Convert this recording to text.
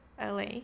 la